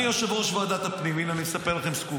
אני יושב-ראש ועדת הפנים, הינה אני מספר לכם סקופ.